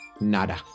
Nada